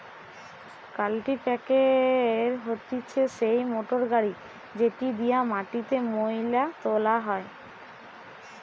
কাল্টিপ্যাকের হতিছে সেই মোটর গাড়ি যেটি দিয়া মাটিতে মোয়লা তোলা হয়